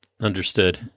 Understood